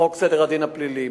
חוק סדר הדין הפלילי.